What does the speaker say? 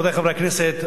רבותי חברי הכנסת,